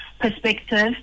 perspective